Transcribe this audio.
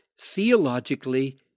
theologically